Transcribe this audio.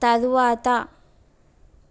తరువాత